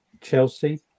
Chelsea